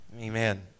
Amen